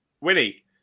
Winnie